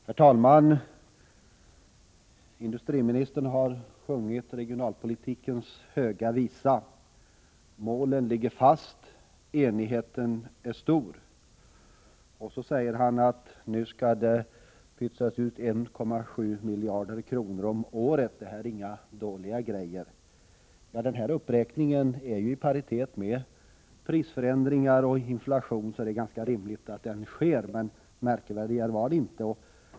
Herr talman! Industriministern har sjungit regionalpolitikens Höga visa. Målen ligger fast, enigheten är stor och nu, säger han, skall det pytsas ut 1,7 miljarder om året. Det är inga dåliga grejer! Men uppräkningen är bara i paritet med prisförändringar och inflation, så det är ganska rimligt att den sker, men märkvärdigare är det inte.